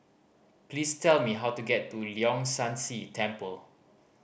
please tell me how to get to Leong San See Temple